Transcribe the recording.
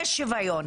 יש שוויון.